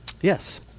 yes